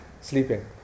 Sleeping